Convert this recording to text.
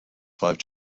five